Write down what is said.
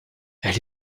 elle